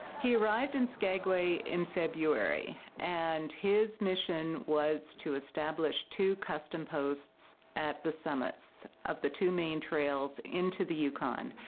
he arrive in skagway in february and his mission was to establish two custom posts at the summits of the two main trails into the yukon.